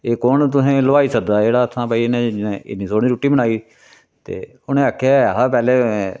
एह् कौन तुसें लोहाई सद्धे दा जेह्ड़ा उत्थूं दा भई इन्ना इन्नी सोह्नी रुटटी बनाई ते उनें आखेआ ऐ हा पैह्लें